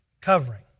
covering